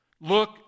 look